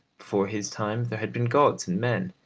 before his time there had been gods and men,